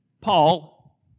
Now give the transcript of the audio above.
Paul